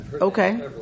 Okay